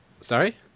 Sorry